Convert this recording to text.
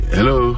Hello